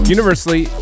Universally